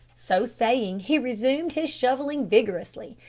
so saying, he resumed his shovelling vigorously,